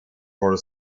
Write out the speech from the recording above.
four